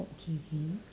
okay okay